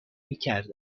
میکردن